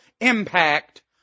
impact